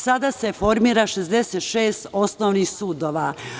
Sada se formira 66 osnovnih sudova.